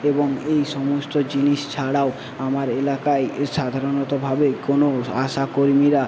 এবং এই সমস্ত জিনিস ছাড়াও আমার এলাকায় এ সাধারণতভাবে কোনো আশা কর্মীরা